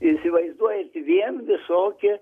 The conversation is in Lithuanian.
įsivaizduojat vien visokie